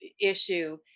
issue